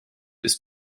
ist